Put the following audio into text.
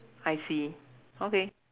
I see okay